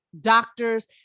doctors